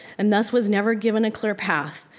and thus was never given a clear path.